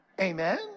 Amen